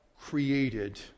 created